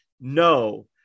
no